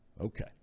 Okay